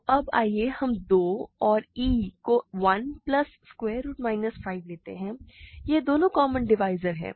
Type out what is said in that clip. तो अब आइए हम 2 और e को 1 प्लस स्क्वायर रुट माइनस 5 लेते हैं ये दोनों कॉमन डिवाइज़र हैं